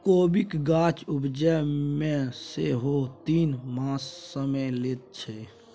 कोबीक गाछ उपजै मे सेहो तीन मासक समय लैत छै